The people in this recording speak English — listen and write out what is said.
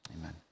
amen